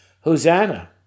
Hosanna